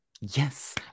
Yes